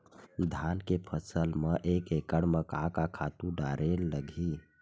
धान के फसल म एक एकड़ म का का खातु डारेल लगही?